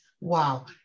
wow